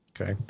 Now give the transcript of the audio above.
Okay